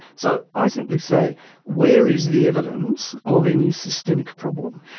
so i simply say where is the evidence of any systemic problem?